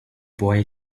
boy